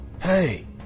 Hey